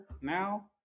now